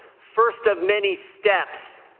first of many steps.